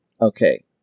Okay